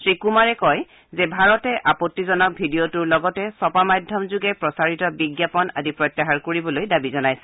শ্ৰীকুমাৰে কয় যে ভাৰতে আপত্তিজনক ভিডিঅটোৰ লগতে ছপা মাধ্যমযোগে প্ৰচাৰিত বিজ্ঞাপন আদি প্ৰত্যাহাৰ কৰিবলৈ দাবী জনাইছে